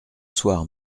soir